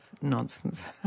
nonsense